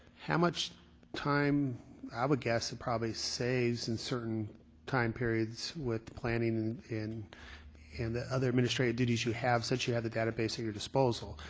how much time i would guess it probably saves in certain time periods with planning and the other administrative duties you have since you have the database at your disposal.